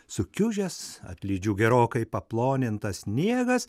sukiužęs atlydžių gerokai paplonintas sniegas